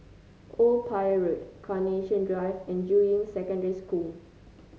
Old Pier Road Carnation Drive and Juying Secondary School